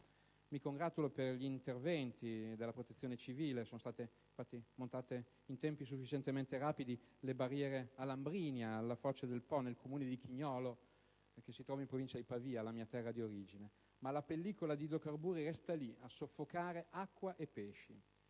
Mi congratulo per gli interventi della Protezione civile: infatti, in tempi sufficientemente rapidi sono state montate le barriere a Lambrinia, alla foce del Lambro, nel Comune di Chignolo Po, che si trova in provincia di Pavia, la mia terra d'origine; ma la pellicola di idrocarburi resta lì, a soffocare acque e pesci.